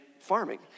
farming